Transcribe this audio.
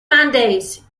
mondays